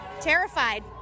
terrified